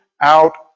out